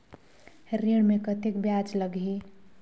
ऋण मे कतेक ब्याज लगही?